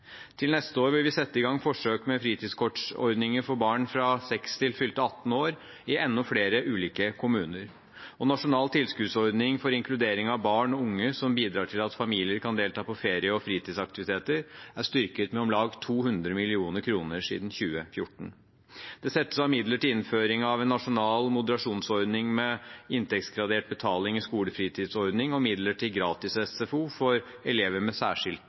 Til neste år vil vi sette i gang forsøk med fritidskortordninger for barn fra 6 år til fylte 18 år i enda flere ulike kommuner. Nasjonal tilskuddsordning for inkludering av barn og unge som bidrar til at familier kan delta på ferie- og fritidsaktiviteter, er styrket med om lag 200 mill. kr siden 2014. Det settes av midler til innføring av en nasjonal moderasjonsordning med inntektsgradert betaling i skolefritidsordningen og midler til gratis SFO for elever med